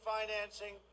financing